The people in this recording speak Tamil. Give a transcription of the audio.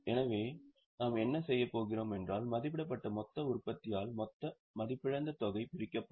எனவே நாம் என்ன செய்யப்போகிறோம் என்றால் மதிப்பிடப்பட்ட மொத்த உற்பத்தியால் மொத்த மதிப்பிழந்த தொகை பிரிக்கப்படும்